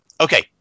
Okay